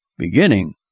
beginning